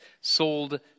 sold